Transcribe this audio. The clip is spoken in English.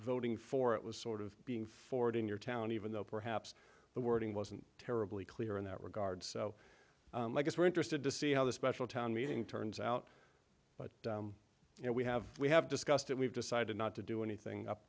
voting for it was sort of being forward in your town even though perhaps the wording wasn't terribly clear in that regard so i guess we're interested to see how the special town meeting turns out but you know we have we have discussed it we've decided not to do anything up